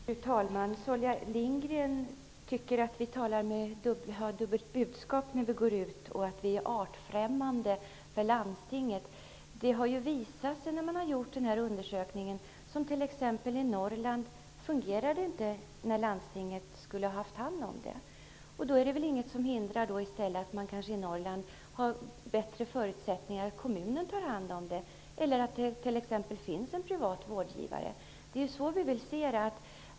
Fru talman! Sylvia Lindgren tycker att vi ger dubbla budskap när vi talar om verksamhet som är artfrämmande för landstinget. När man har gjort undersökningar har det visat sig att det t.ex. i Norrland inte har fungerat när landstinget skulle ha hand om verksamheten. Då är det väl inget som hindrar att man i Norrland, om förutsättningarna för det är bättre, låter kommunen ta hand om verksamheten eller att det t.ex. finns en privat vårdgivare. Det är så vi ser det.